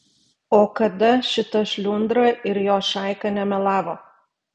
o kada šita šliundra ir jos šaika nemelavo